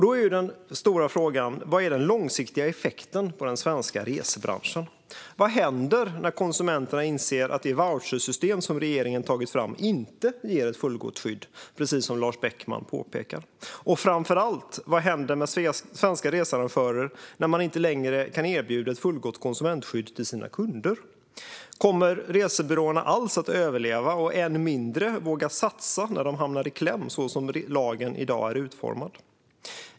Då är den stora frågan: Vad blir den långsiktiga effekten för den svenska resebranschen? Vad händer när konsumenterna inser att det vouchersystem som regeringen har tagit fram inte ger ett fullgott skydd, precis som Lars Beckman påpekade? Och framför allt, vad händer med svenska researrangörer när de inte längre kan erbjuda ett fullgott konsumentskydd till sina kunder? Kommer resebyråerna alls att överleva, och kommer de att våga satsa när de hamnar i kläm så som lagen i dag är utformad?